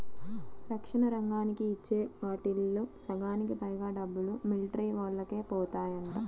రక్షణ రంగానికి ఇచ్చే ఆటిల్లో సగానికి పైగా డబ్బులు మిలిటరీవోల్లకే బోతాయంట